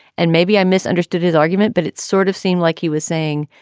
and maybe i misunderstood his argument, but it sort of seemed like he was saying,